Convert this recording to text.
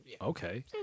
Okay